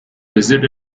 visit